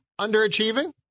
underachieving